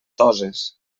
toses